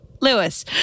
Lewis